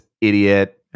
idiot